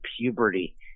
puberty